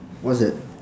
what's that